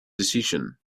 decision